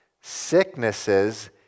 sicknesses